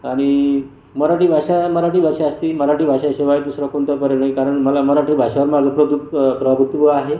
आणि मराठी भाषा मराठी भाषा असती मराठी भाषाशिवाय दुसरं कोणतं बरं नाही कारण मला मराठी भाषावर माझं प्रभुत् प्रभुत्व आहे